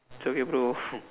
it's okay bro